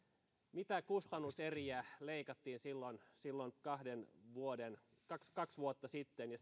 mitä kustannuseriä leikattiin silloin silloin kaksi kaksi vuotta sitten ja